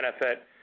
benefit